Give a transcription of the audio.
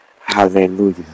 Hallelujah